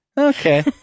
Okay